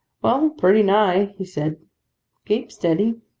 well, pretty nigh he said keep steady